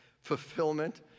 fulfillment